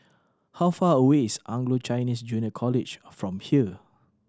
how far away is Anglo Chinese Junior College from here